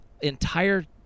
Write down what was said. entire